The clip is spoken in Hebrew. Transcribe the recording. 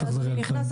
אל תחזרי על זה.